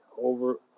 over